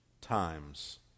times